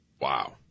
Wow